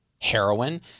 heroin